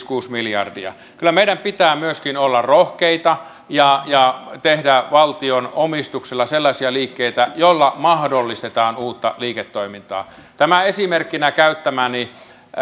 kuusi miljardia alijäämäinen kyllä meidän pitää myöskin olla rohkeita ja ja tehdä valtion omistuksella sellaisia liikkeitä joilla mahdollistetaan uutta liiketoimintaa tämä esimerkkinä käyttämäni